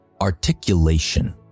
articulation